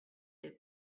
and